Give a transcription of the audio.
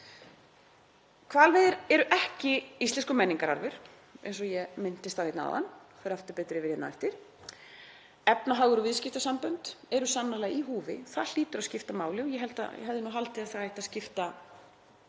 Hvalveiðar eru ekki íslenskur menningararfur, eins og ég minntist á hérna áðan og fer aftur betur yfir á eftir. Efnahagur og viðskiptasambönd eru sannarlega í húfi. Það hlýtur að skipta máli og ég hefði haldið að það ætti að skipta